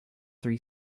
three